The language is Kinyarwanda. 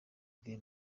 bwe